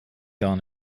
gar